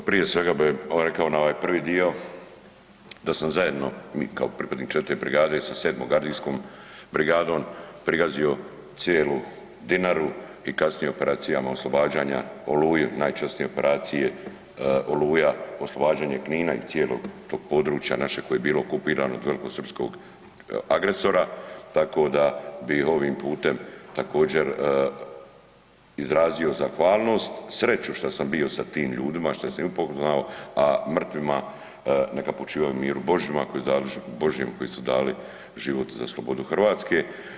Pa prije svega bi rekao na ovaj prvi dio da smo zajedno mi kao pripadnik IV. brigade sa VII. gardijskom brigadom, pregazio cijelu Dinaru i kasnije u operacijama oslobađanja, Oluju, najčasnije operacije Oluja, oslobađanje Knina i cijelog tog područja naše koje je bilo okupirano od velikosrpskog agresora, tako da bi ovim putem također izrazio zahvalnost, sreću šta sam bio sa tim ljudima, što sam ih upoznao, a mrtvima neka počivaju u miru Božjem koji su dali život za slobodu Hrvatske.